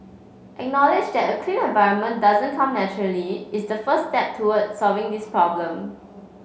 acknowledge that a clean environment doesn't come naturally is the first step toward solving this problem